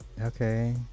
Okay